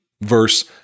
verse